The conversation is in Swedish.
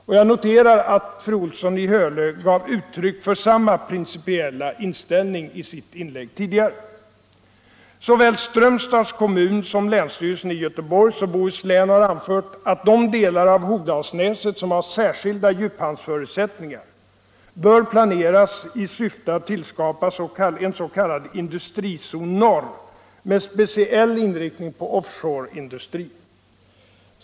Och jag noterar att fru Olsson i Hölö gav uttryck för samma principiella inställning i sitt inlägg tidigare. Såväl Strömstads kommun som länsstyrelsen i Göteborgs och Bohus län har anfört att de delar av Hogdalsnäset som har särskilda djuphamnsförutsättningar bör planeras i syfte att tillskapa en s.k. industrizon norr, med speciell inriktning på offshoreindustri.